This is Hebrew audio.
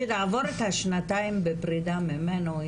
בשביל לעבור את השנתיים בפרידה ממנו,